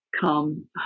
come